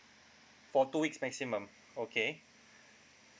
for two weeks maximum okay